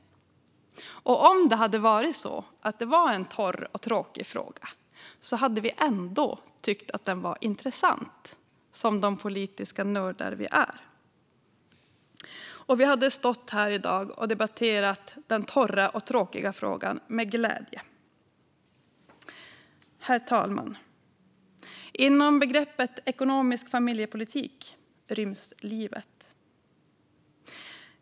Och om det hade varit en torr och tråkig fråga hade vi ändå tyckt att den var intressant, som de politiska nördar vi är. Vi hade stått här i dag och debatterat den torra och tråkiga frågan med glädje. Herr talman! Inom begreppet ekonomisk familjepolitik ryms livet.